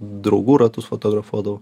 draugų ratus fotografuodavau